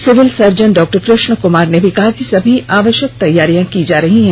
civil surgeon डॉ कृष्ण कुमार ने भी कहा कि सभी आवश्यक तैयारियां की जा रही हैं